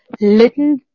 little